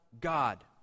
God